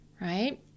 right